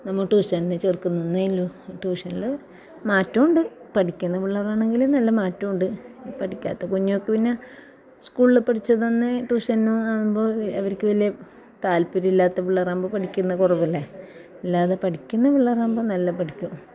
നമ്മൾ ട്യൂഷന് ചേർക്കുന്നെന്നുല്ലു ട്യൂഷനിൽ മാറ്റമുണ്ട് പഠിക്കുന്ന പിള്ളേരാണെങ്കിൽ നല്ല മാറ്റമുണ്ട് പഠിക്കാത്ത കുഞ്ഞുങ്ങൾക്ക് പിന്നെ സ്കൂളിൽ പഠിച്ചത് തന്നെ ട്യൂഷനും ആകുമ്പോൾ അവ ർക്ക് വലിയ താൽപ്പര്യമില്ലാത്ത പിള്ളേറാകുമ്പോൾ പഠിക്കുന്നത് കുറവല്ലേ അല്ലാതെ പഠിക്കുന്നത് പിള്ളേറാകുമ്പോൾ നല്ല പഠിക്കും